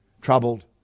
troubled